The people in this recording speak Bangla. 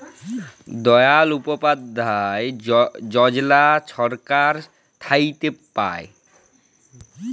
দয়াল উপাধ্যায় যজলা ছরকার থ্যাইকে পায়